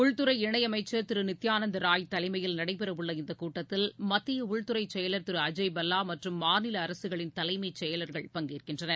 உள்துறை இணையமைச்சர் திரு நித்தியானந்த் ராய் தலைமையில் நடைபெறவுள்ள இந்த கூட்டத்தில் மத்திய உள்துறை செயலர் திரு அஜய்பல்லா மற்றும் மாநில அரசுகளின் தலைமை செயலர்கள் பங்கேற்கின்றனர்